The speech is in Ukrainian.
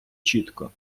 чітко